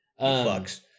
fucks